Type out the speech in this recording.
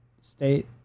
state